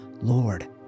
Lord